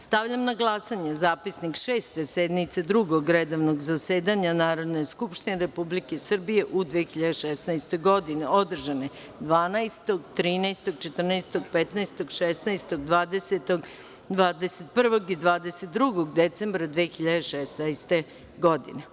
Stavljam na glasanje Zapisnik Šeste sednice Drugog redovnog zasedanja Narodne skupštine Republike Srbije u 2016. godini, održanoj 12, 13, 14, 15, 16, 20, 21. i 22. decembra 2016. godine.